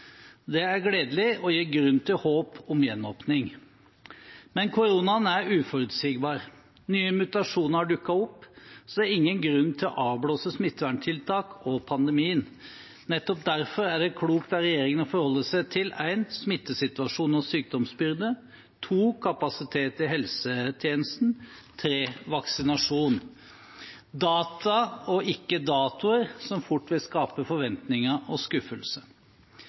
Det er gledelig og gir grunn til håp om gjenåpning. Men koronaen er uforutsigbar. Nye mutasjoner har dukket opp, så det er ingen grunn til å avblåse smitteverntiltak og pandemien. Nettopp derfor er det klokt av regjeringen å forholde seg til for det første smittesituasjonen og sykdomsbyrde, for det andre kapasitet i helsetjenesten, og for det tredje vaksinasjon – data og ikke datoer, som fort vil skape forventninger og